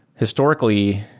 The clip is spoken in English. historically,